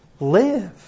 Live